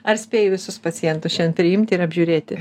ar spėjai visus pacientus priimt ir apžiūrėti